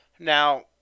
Now